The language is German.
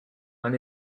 man